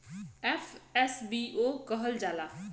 FSBO कहल जाला